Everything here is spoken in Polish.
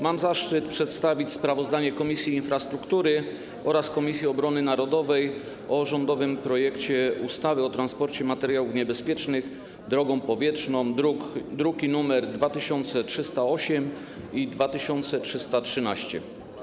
Mam zaszczyt przedstawić sprawozdanie Komisji Infrastruktury oraz Komisji Obrony Narodowej o rządowym projekcie ustawy o transporcie materiałów niebezpiecznych drogą powietrzną, druki nr 2308 i 2313.